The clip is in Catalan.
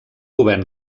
govern